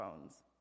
phones